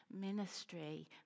ministry